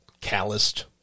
calloused